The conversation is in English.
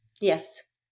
Yes